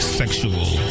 sexual